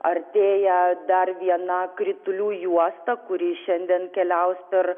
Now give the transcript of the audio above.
artėja dar viena kritulių juosta kuri šiandien keliaus per